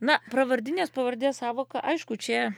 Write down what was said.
na pravardinės pavardės sąvoka aišku čia